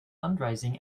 fundraising